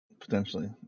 potentially